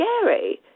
scary